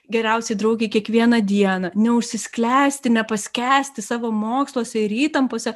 geriausiai draugei kiekvieną dieną neužsisklęsti nepaskęsti savo moksluose ir įtampose